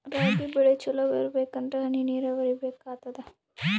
ರಾಗಿ ಬೆಳಿ ಚಲೋ ಬರಬೇಕಂದರ ಹನಿ ನೀರಾವರಿ ಬೇಕಾಗತದ?